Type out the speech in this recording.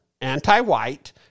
anti-white